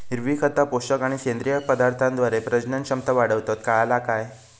हिरवी खता, पोषक आणि सेंद्रिय पदार्थांद्वारे प्रजनन क्षमता वाढवतत, काळाला काय?